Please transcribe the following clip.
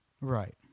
Right